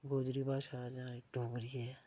गोजरी भाशा जां एह् डोगरी ऐ